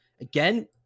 again